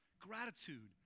Gratitude